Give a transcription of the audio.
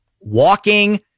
walking